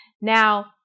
now